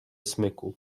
smyku